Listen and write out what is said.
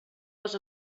les